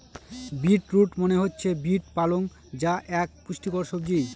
bit root মনে হচ্ছে beet পালং যা এক পুষ্টিকর সবজি